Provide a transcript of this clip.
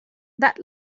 that